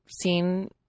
seen